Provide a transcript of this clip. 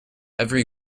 every